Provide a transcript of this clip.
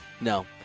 No